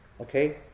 Okay